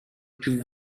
più